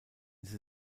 sie